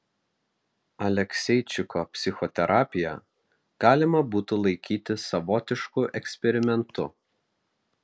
alekseičiko psichoterapiją galima būtų laikyti savotišku eksperimentu